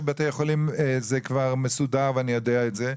שבבתי חולים זה כבר מסודר ואני יודע את זה,